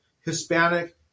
Hispanic